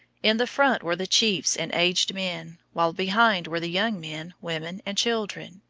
in the front were the chiefs and aged men, while behind were the young men, women, and children.